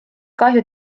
kahju